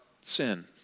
sin